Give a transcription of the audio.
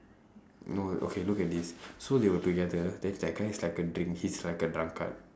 no okay look at this so they were together then that guy is like a drink he is like a drunkard